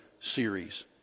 series